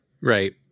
Right